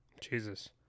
Jesus